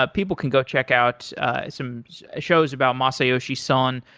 but people can go check out some shows about masayoshi son.